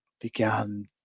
began